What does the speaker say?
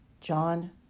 John